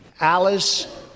Alice